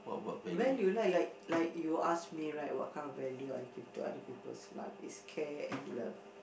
when do you like like like you ask me right what kind of value I give to other people's life it's care and love